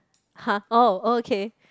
[huh] oh okay